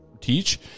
teach